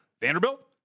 Vanderbilt